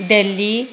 Delhi